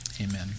Amen